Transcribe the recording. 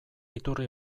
iturri